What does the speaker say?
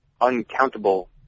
uncountable